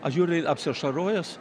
aš žiūriu apsiašarojęs